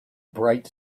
bright